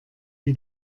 die